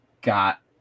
got